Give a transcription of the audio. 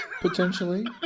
potentially